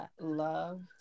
love